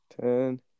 ten